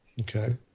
Okay